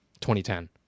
2010